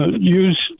use